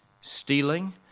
stealing